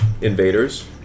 invaders